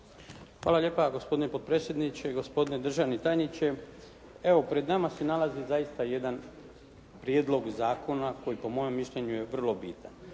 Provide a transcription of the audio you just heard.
Hvala lijepa. Gospodine potpredsjedniče, gospodine državni tajniče. Evo, pred nama se nalazi zaista jedan prijedlog zakona koji po mojem mišljenju je vrlo bitan.